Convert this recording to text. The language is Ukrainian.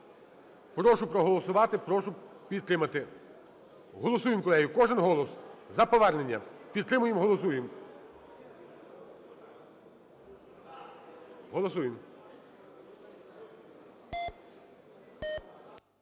Прошу проголосувати, прошу підтримати. Голосуємо, колеги, кожен голос. За повернення. Підтримуємо, голосуємо. Голосуємо.